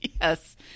Yes